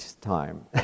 time